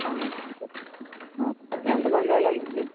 ఎంత మంది వెళ్ళాలి అండి